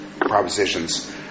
propositions